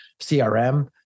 CRM